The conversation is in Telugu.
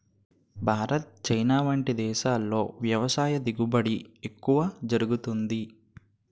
భారత్, చైనా వంటి దేశాల్లో వ్యవసాయ దిగుబడి ఎక్కువ జరుగుతుంది